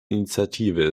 initiative